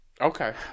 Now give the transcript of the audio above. Okay